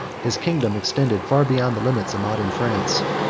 his kingdom extended far beyond the limits of modern france.